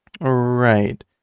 Right